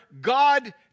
God